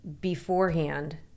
beforehand